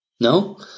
No